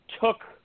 took